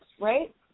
right